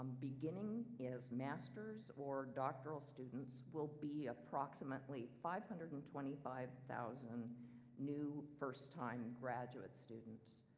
beginning as masters or doctoral students, will be approximately five hundred and twenty five thousand new first-time graduate students.